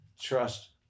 trust